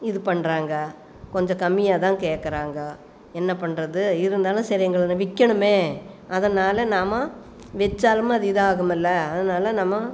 இது பண்ணுறாங்க கொஞ்சம் கம்மியாகதான் கேட்கறாங்க என்ன பண்ணுறது இருந்தாலும் சரி எங்களுக்கு விற்கணுமே அதனால் நாம் வைச்சாலுமே அது இதாகுமில அதனால நம்ம